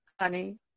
honey